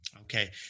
Okay